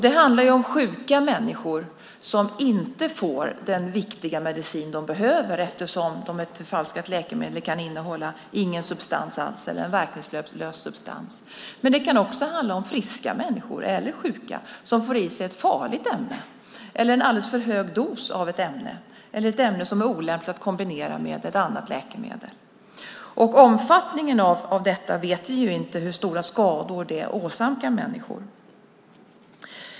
Det handlar om sjuka människor som inte får den viktiga medicin de behöver, eftersom ett förfalskat läkemedel kan innehålla ingen substans alls eller en verkningslös substans. Men det kan också handla om friska eller sjuka människor som får i sig ett farligt ämne, en alldeles för hög dos av ett ämne eller ett ämne som är olämpligt att kombinera med ett annat läkemedel. Omfattningen av detta och hur stora skador det åsamkar människor vet vi inte.